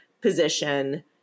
position